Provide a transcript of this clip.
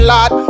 Lord